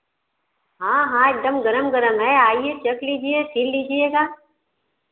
हाँ हाँ एक दम गर्म गर्म है आईए चख लीजिए फिर लीजिएगा